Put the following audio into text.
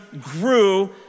grew